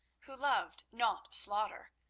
who loved not slaughter,